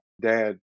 dad